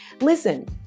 Listen